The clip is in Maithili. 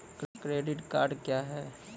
क्रेडिट कार्ड क्या हैं?